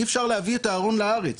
אי אפשר להביא את הארון לארץ